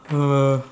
uh